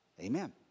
Amen